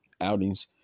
outings